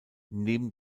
neben